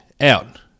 out